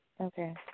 Okay